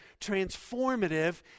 transformative